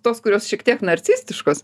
tos kurios šiek tiek narcistiškos